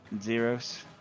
Zeros